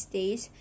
days